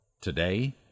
Today